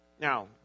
Now